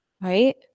right